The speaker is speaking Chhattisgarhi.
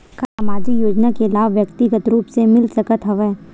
का सामाजिक योजना के लाभ व्यक्तिगत रूप ले मिल सकत हवय?